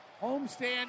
homestand